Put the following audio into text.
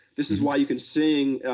this is why you can sing.